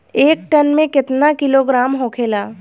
एक टन मे केतना किलोग्राम होखेला?